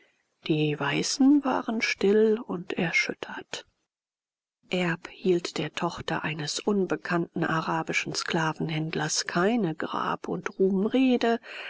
die weißen waren still und erschüttert erb hielt der tochter eines unbekannten arabischen sklavenhändlers keine grab und ruhmrede